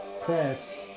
Press